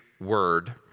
word